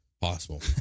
Possible